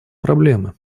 проблемы